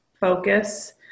focus